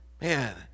Man